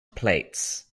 plates